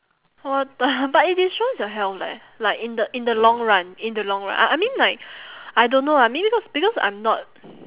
what the but it destroys your health leh like in the in the long run in the long run I I mean like I don't know ah maybe cause because I'm not